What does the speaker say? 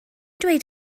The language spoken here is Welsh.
dweud